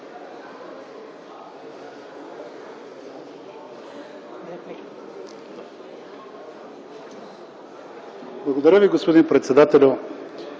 Благодаря Ви, господин председателю.